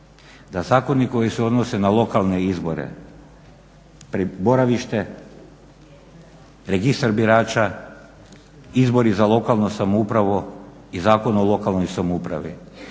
zakoni koji se odnose na lokalne izbore boravište, registar birača, izbori za lokalnu samoupravu i Zakon o lokalnoj samoupravi